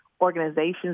organizations